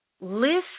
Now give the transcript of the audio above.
List